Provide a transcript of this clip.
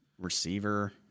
receiver